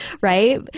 right